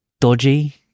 dodgy